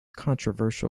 controversial